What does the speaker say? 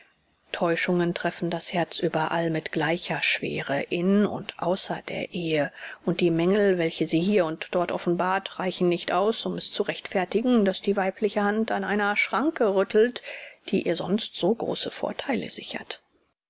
täuschungen treffen das herz überall mit gleicher schwere in und außer der ehe und die mängel welche sie hier und dort offenbart reichen nicht aus um es zu rechtfertigen daß die weibliche hand an einer schranke rüttelt die ihr sonst so große vortheile sichert